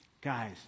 Guys